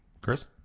Chris